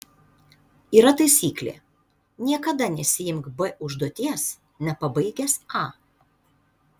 yra taisyklė niekada nesiimk b užduoties nepabaigęs a